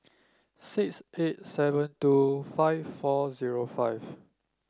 six eight seven two five four zero five